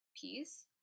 piece